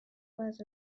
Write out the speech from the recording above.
was